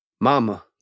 Mama